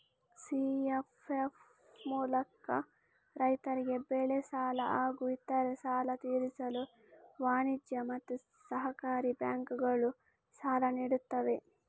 CFF ಮೂಲಕ ರೈತರಿಗೆ ಬೆಳೆ ಸಾಲ ಹಾಗೂ ಇತರೆ ಸಾಲ ತೀರಿಸಲು ವಾಣಿಜ್ಯ ಮತ್ತು ಸಹಕಾರಿ ಬ್ಯಾಂಕುಗಳು ಸಾಲ ನೀಡುತ್ತವೆ